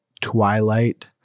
twilight